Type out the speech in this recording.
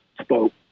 spoke